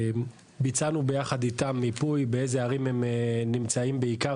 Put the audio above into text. ביצענו ביחד איתם מיפוי באיזה ערים הם נמצאים בעיקר,